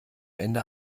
ende